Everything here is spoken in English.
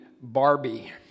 Barbie